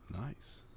Nice